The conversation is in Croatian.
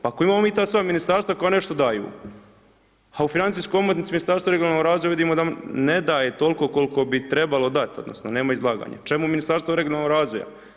Pa ako mi imamo mi ta sva ministarstva koja nešto daju, a u financijskoj omotnici Ministarstvo regionalnog razvoja vidimo da ne daje toliko koliko bi trebalo dati, odnosno nema izlaganja, čemu ministarstvo regionalnog razvoja?